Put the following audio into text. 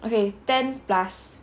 okay ten plus